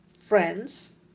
friends